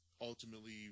ultimately